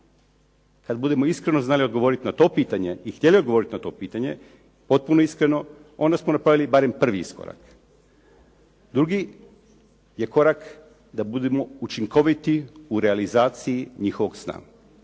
Kada budemo iskreno znali odgovoriti na to pitanje i htjeli odgovoriti na to pitanje potpuno iskreno onda smo napravili barem prvi iskorak. Drugi je korak da budemo učinkoviti u realizaciji njihovog sna